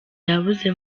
yabuze